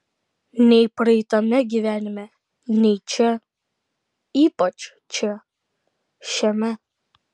nei praeitame gyvenime nei čia ypač čia šiame